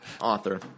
Author